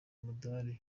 umudali